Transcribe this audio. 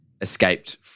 escaped